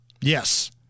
Yes